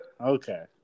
Okay